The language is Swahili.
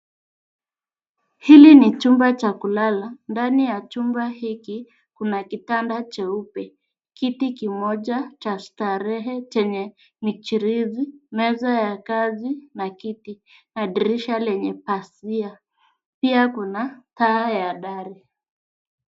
Hili ni chumba cha kulala. Ndani ya chumba hiki kuna kitanda cheupe, kiti kimoja cha starehe chenye michirizi, meza ya kazi na kiti na dirisha lenye pazia. Pia kuna taa ya dari.